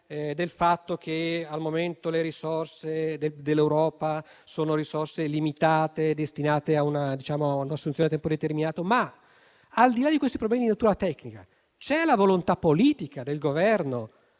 del fatto che al momento le risorse europee sono limitate e destinate a un'assunzione a tempo determinato? Al di là di questi problemi di natura tecnica, c'è la volontà politica del Governo